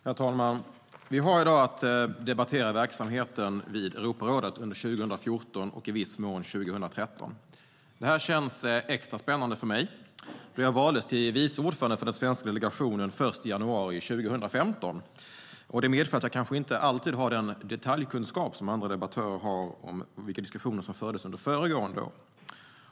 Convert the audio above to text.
Herr talman! Vi har i dag att debattera verksamheten vid Europarådet under 2014 och i viss mån 2013. Det här känns extra spännande för mig, då jag valdes till vice ordförande för den svenska delegationen först i januari 2015. Det medför att jag kanske inte alltid har den detaljkunskap som andra debattörer har om vilka diskussioner som fördes under föregående år.